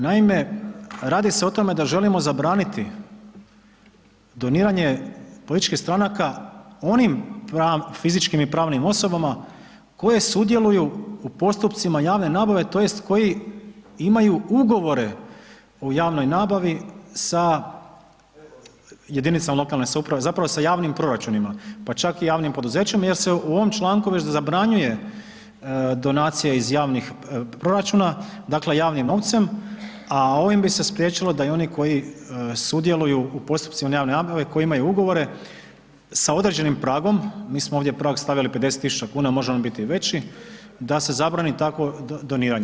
Naime, radi se o tome da želimo zabraniti doniranje političkih stranaka onim fizičkim i pravnim osobama koje sudjeluju u postupcima javne nabave tj. koji imaju Ugovore o javnoj nabavi sa jedinicama lokalne samouprave, zapravo sa javnim proračunima, pa čak i javnim poduzećima jer se u ovom članku već zabranjuje donacija iz javnih proračuna, dakle, javnim novcem, a ovim bi se spriječilo da i oni koji sudjeluju u postupcima javne nabave, koji imaju ugovore sa određenim pragom, mi smo ovdje prag stavili 50.000,00 kn, može on biti i veći, da se zabrani takvo doniranje.